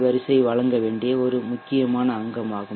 வரிசை வழங்க வேண்டிய ஒரு முக்கிய அங்கமாகும்